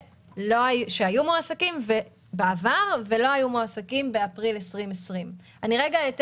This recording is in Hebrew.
שהיו מועסקים בעבר ולא היו מועסקים באפריל 2020. אבל הם יצאו לחל"ת.